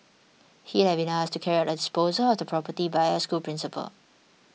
he had been asked to carry out the disposal of the property by a school principal